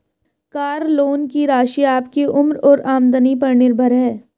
car loan की राशि आपकी उम्र और आमदनी पर निर्भर है